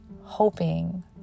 hoping